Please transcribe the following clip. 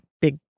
big